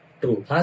True